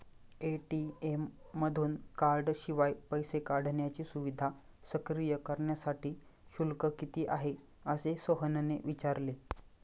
ATM मधून कार्डशिवाय पैसे काढण्याची सुविधा सक्रिय करण्यासाठी शुल्क किती आहे, असे सोहनने विचारले